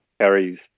carries